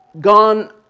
gone